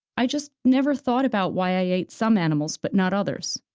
i just never thought about why i ate some animals, but not others.